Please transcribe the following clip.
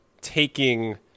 taking